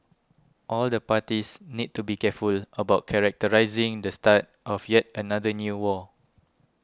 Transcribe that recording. all the parties need to be careful about characterising the start of yet another new war